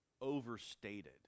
overstated